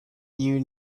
you